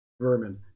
Vermin